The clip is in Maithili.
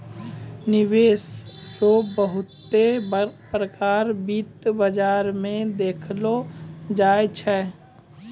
निवेश रो बहुते प्रकार वित्त बाजार मे देखलो जाय छै